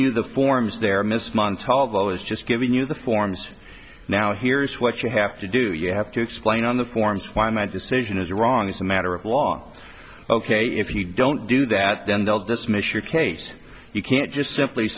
you the forms there miss montage of all is just giving you the forms now here's what you have to do you have to explain on the forms why my decision is wrong as a matter of law ok if you don't do that then they'll dismiss your case you can't just simply